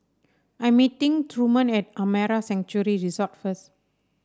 I'm meeting Truman at Amara Sanctuary Resort first